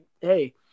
hey